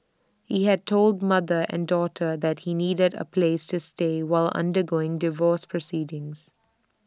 he had told mother and daughter that he needed A place to stay while undergoing divorce proceedings